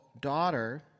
daughter